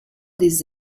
des